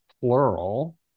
plural